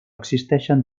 existeixen